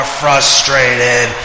frustrated